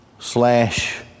Slash